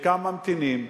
חלקם ממתינים,